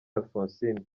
alphonsine